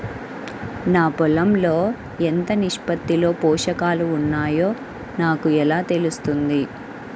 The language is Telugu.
నా పొలం లో ఎంత నిష్పత్తిలో పోషకాలు వున్నాయో నాకు ఎలా తెలుస్తుంది?